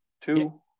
two